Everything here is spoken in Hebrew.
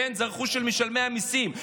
זה רכוש של משלמי המיסים,